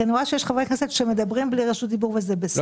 פשוט אני רואה חברי כנסת שמדברים בלי רשות דיבור --- אורית,